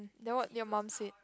then what did your mum said